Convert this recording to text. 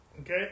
Okay